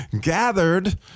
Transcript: Gathered